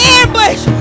ambush